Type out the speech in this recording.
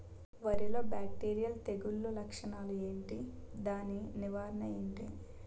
వరి లో బ్యాక్టీరియల్ తెగులు లక్షణాలు ఏంటి? దాని నివారణ ఏంటి?